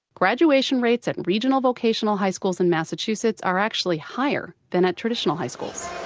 graduation rates at regional vocational high schools in massachusetts are actually higher than at traditional high schools